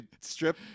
Strip